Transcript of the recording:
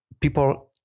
People